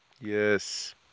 Yes